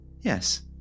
Yes